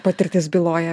patirtis byloja